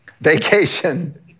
Vacation